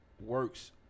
works